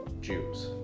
Jews